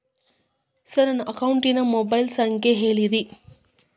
sir ನನ್ನ ಅಕೌಂಟಿನ mobile ಸಂಖ್ಯೆ ಹೇಳಿರಿ